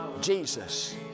Jesus